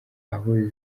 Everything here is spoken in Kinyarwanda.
aho